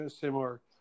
similar